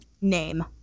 name